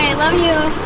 and love you.